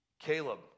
Caleb